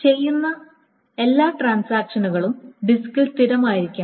ചെയ്യുന്ന എല്ലാ ട്രാൻസാക്ഷനുകളും ഡിസ്കിൽ സ്ഥിരമായിരിക്കണം